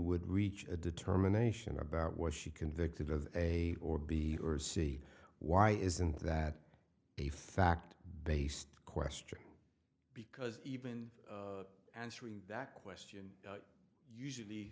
would reach a determination about was she convicted of a or b or c why isn't that a fact based question because even answering that question usually